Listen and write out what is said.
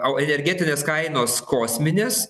o energetinės kainos kosminės